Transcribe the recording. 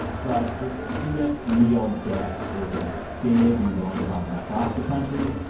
but this student meal debt is a big and growing problem across the country.